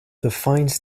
defines